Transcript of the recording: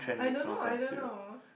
I don't know I don't know